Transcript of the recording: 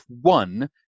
one